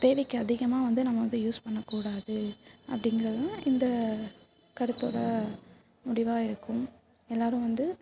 தேவைக்கு அதிகமாக வந்து நம்ம வந்து யூஸ் பண்ணக்கூடாது அப்படிங்கிறதும் இந்த கருத்தோடய முடிவாக இருக்கும் எல்லோரும் வந்து